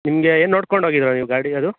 ನಿಮಗೆ ಏನು ನೋಡ್ಕಂಡು ಹೋಗದಿರಾ ನೀವು ಗಾಡಿ ಅದು